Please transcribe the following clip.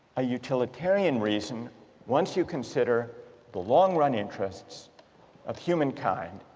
a utilitarian reason once you consider the long run interests of humankind,